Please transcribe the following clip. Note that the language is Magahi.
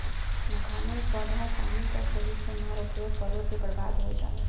मखाने नेर पौधा पानी त सही से ना रोपवा पलो ते बर्बाद होय जाबे